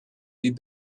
les